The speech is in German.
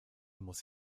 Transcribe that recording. muss